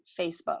Facebook